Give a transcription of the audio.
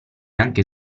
anche